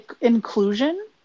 inclusion